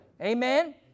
Amen